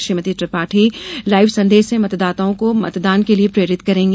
Shrimati Tripathi live संदेश से मतदाताओं को मतदान के लिए प्रेरित करेंगी